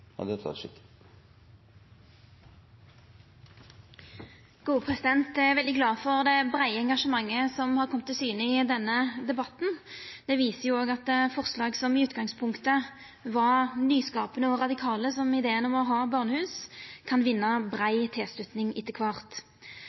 i utgangspunktet var nyskapande og radikale, som ideen om å ha barnehus, kan vinna brei tilslutning etter kvart.